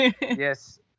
Yes